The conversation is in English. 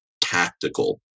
tactical